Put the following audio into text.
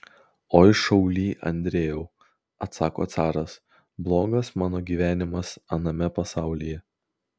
oi šauly andrejau atsako caras blogas mano gyvenimas aname pasaulyje